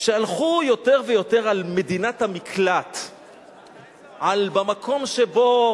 שהלכו יותר ויותר על מדינת המקלט, על, במקום שבו